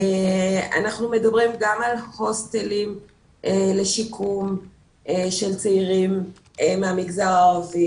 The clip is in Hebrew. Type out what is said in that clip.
אנחנו מדברים גם על ההוסטלים לשיקום של צעירים מהמגזר הערבי,